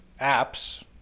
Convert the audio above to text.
apps